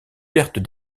pertes